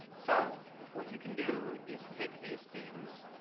so what you can do is take these themes